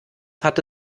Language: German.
hatte